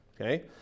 okay